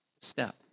step